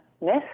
miss